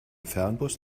fernbus